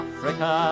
Africa